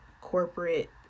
corporate